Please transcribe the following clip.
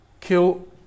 kill